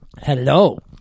Hello